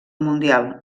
mundial